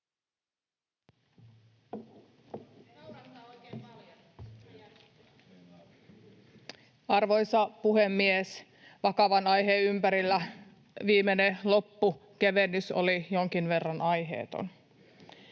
Arvoisa puhemies! Vakavan aiheen ympärillä viimeinen loppukevennys oli jonkin verran aiheeton.